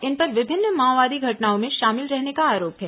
इन पर विभिन्न माओवादी घटनाओं में शामिल रहने का आरोप है